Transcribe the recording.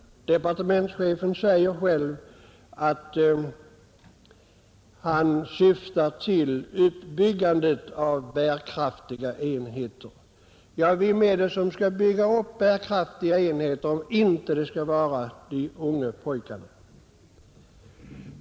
Departementschefen säger själv att han syftar till uppbyggandet av bärkraftiga enheter. Vem är det som skall bygga upp bärkraftiga enheter om inte de unga pojkarna.